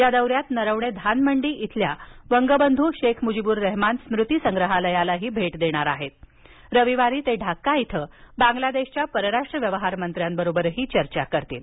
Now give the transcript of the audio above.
या दौऱ्यात नरवणे धानमंडी इथल्या बंगबंधू शेख मुजीबुर रहमान स्मृती संग्रहालयालाही भेट देणार असून रविवारी ते ढाका इथं बांगलादेशच्या परराष्ट्र व्यवहार मंत्र्यांबरोबर चर्चा करतील